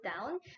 down